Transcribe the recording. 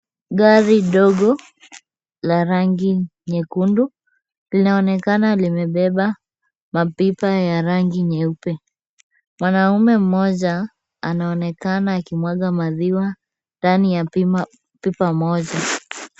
Gari dogo la rangi nyekundu, linaonekana limebeba mapipa ya rangi nyeupe. Mwanamume mmoja, anaonekana akimwaga maziwa ndani ya pipa moja.